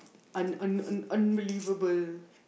un un un unbelievable